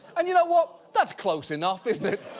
and you know what? that's close enough isn't it?